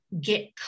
get